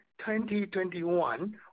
2021